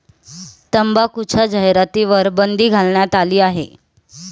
तंबाखूच्या जाहिरातींवर बंदी घालण्यात आली आहे